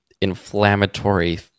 inflammatory